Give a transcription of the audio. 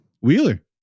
Wheeler